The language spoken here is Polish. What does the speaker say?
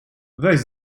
weź